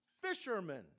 Fishermen